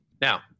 Now